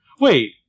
Wait